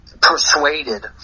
persuaded